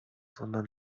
sondern